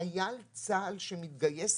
חייל צה"ל שמתגייס,